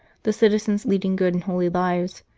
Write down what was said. the citizens leading good and holy lives,